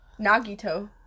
Nagito